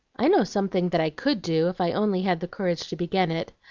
i know something that i could do if i only had the courage to begin it.